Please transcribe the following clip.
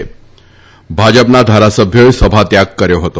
ભાજપના ધારાસભ્યોએ સભાત્યાગ કર્યો હતો